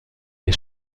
les